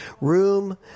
room